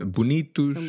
bonitos